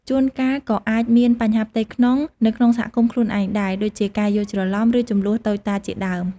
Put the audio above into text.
ជួនកាលក៏អាចមានបញ្ហាផ្ទៃក្នុងនៅក្នុងសហគមន៍ខ្លួនឯងដែរ ដូចជាការយល់ច្រឡំ ឬជម្លោះតូចតាចជាដើម ។